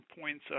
points